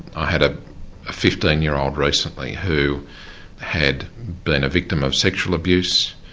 i had ah a fifteen year old recently who had been a victim of sexual abuse,